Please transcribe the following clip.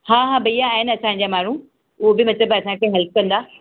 हा हा भईया आहिनि असांजा माण्हू उहो बि मतलबु असांखे हैल्प कंदा